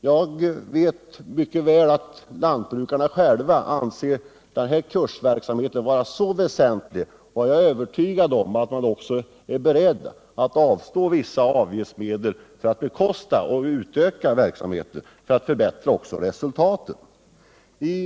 Jag vet att lantbrukarna själva anser den här kursverksamheten vara ytterst angelägen, och jag är övertygad om att de också är beredda att avstå vissa avgiftsmedel för att bekosta och utöka en verksamhet som bidrar till ett förbättrat ekonomiskt resultat av deras arbete.